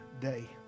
day